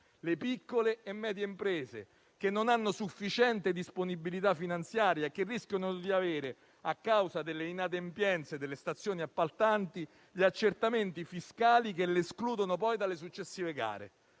le piccole e medie imprese, che non hanno sufficiente disponibilità finanziaria e rischiano di avere, a causa delle inadempienze delle stazioni appaltanti, gli accertamenti fiscali che le escludono poi dalle successive gare,